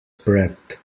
prepped